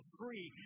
free